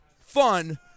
fun